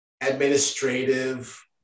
administrative